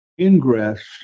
ingress